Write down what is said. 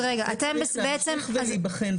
שהדברים צריכים להמשיך להיבחן.